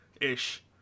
ish